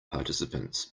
participants